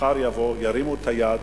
מחר ירימו את היד,